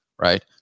Right